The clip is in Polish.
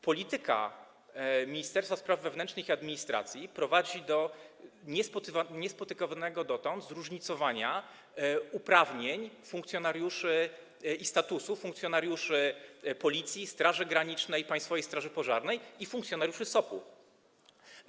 Polityka Ministerstwa Spraw Wewnętrznych i Administracji prowadzi do niespotykanego dotąd zróżnicowania uprawnień funkcjonariuszy i statusu funkcjonariuszy Policji, Straży Granicznej, Państwowej Straży Pożarnej i funkcjonariuszy SOP.